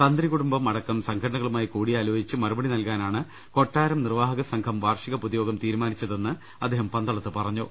തന്ത്രികുടുംബം അടക്കം സംഘടനകളുമായി കൂടിയാലോചിച്ച് മറുപടി നൽകാ നാണ് കൊട്ടാരം നിർവ്വാഹകസംഘം വാർഷിക പൊതുയോഗം തീരുമാനിച്ചതെന്ന് അദ്ദേഹം പന്തളത്ത് അറിയിച്ചു